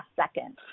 second